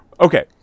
Okay